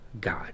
God